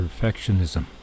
perfectionism